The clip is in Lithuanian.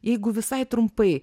jeigu visai trumpai